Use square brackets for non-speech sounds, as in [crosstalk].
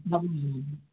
[unintelligible]